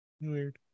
Weird